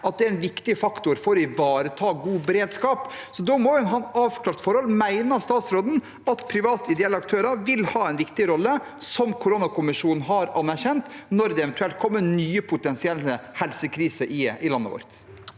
at det er en viktig faktor for å ivareta god beredskap. Da må man ha et avklart forhold. Mener statsråden at private, ideelle aktører vil ha en viktig rolle, som koronakommisjonen har anerkjent, når det potensielt kommer nye helsekriser i landet vårt?